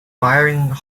firing